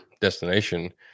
destination